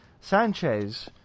sanchez